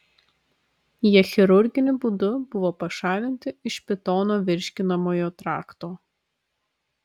jie chirurginiu būdu buvo pašalinti iš pitono virškinamojo trakto